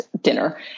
dinner